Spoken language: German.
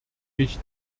mich